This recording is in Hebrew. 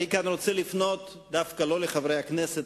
אני כאן רוצה לפנות דווקא לא לחברי הכנסת